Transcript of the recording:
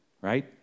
right